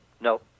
No